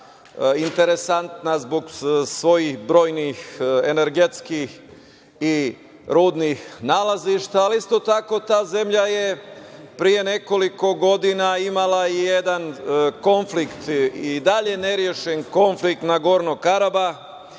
interesantna zbog svojih brojnih energetskih i rudnih nalazišta, ali isto tako ta zemlja je pre nekoliko godina imala i jedan konflikt, i dalje nerešen konflikt Nagorno-Karabah,